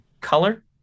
color